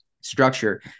structure